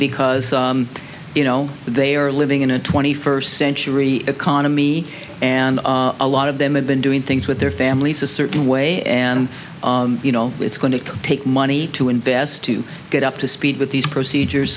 because you know they are living in a twenty first century economy and a lot of them have been doing things with their families certain way and you know it's going to take money to invest to get up to speed with these procedures